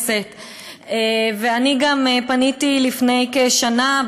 ואני גם פניתי לפני כשנה,